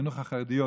החינוך החרדיות,